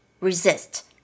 resist